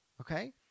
okay